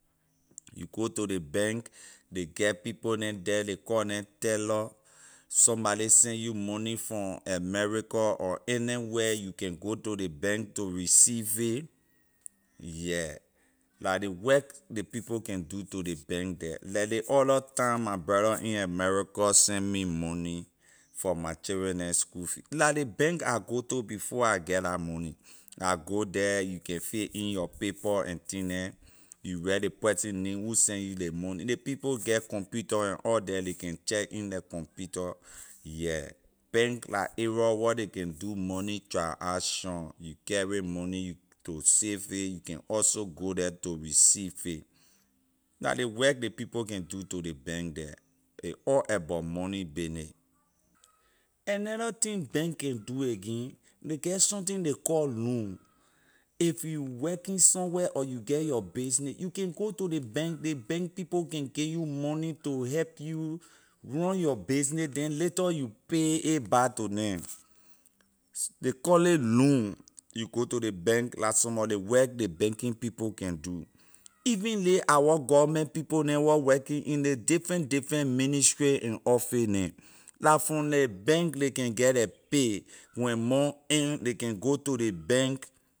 You go to ley bank ley get people neh the ley call neh teller somebody send you money from america or anywhere you can go to ley bank to receive it yeah la ley work ley people can do to ley bank there leh ley other time my brother in america sent me money for my children neh school fee la ley bank I go to before I get la money I go there you can fill in your paper and thing neh you write ley person name who send you ley money ley people get computer and all the ley can check in ley computer yeah bank la area where ley can do money transaction you carry money to save it you can also go the to receive it la ley work ley people can do to ley bank there a all about money bayney another thing bank can do again ley get something ley call loan if you working somewhere or you get your business you can go to ley bank ley bank people can give you money to help you run your business then later you pay a back to neh ley call it loan you go to ley bank la some of ley work ley banking people can do even ley our government people neh where working in ley different different ministry and office neh la from ley bank ley can get la pay when month end ley can go to ley bank